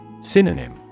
Synonym